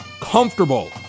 comfortable